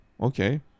Okay